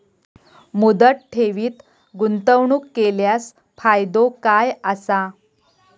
मुदत ठेवीत गुंतवणूक केल्यास फायदो काय आसा?